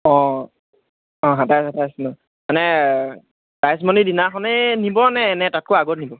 অঁ অঁ অঁ সাতাইছ আঠাইছ ন মানে প্ৰাইজইমণিৰ দিনাখনেই নিব নে নে তাতকৈ আগত নিব